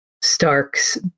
Starks